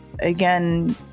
again